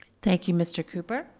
thank you, mr. cooper.